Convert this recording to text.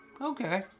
okay